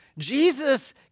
Jesus